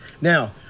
Now